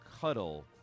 cuddle